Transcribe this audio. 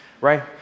right